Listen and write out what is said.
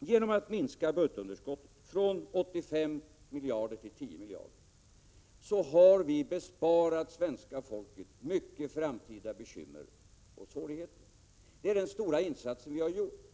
Genom att minska budgetunderskottet från 85 miljarder till 10 miljarder har vi besparat svenska folket många framtida bekymmer och svårigheter. Det är den stora insats som vi har gjort.